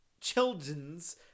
children's